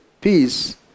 peace